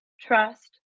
trust